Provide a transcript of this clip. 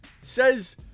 Says